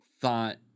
thought